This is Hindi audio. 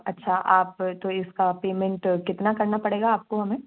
अच्छा आप तो इसका पेमेंट कितना करना पड़ेगा आपको हमें